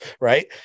right